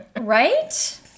Right